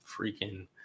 freaking